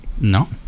No